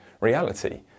reality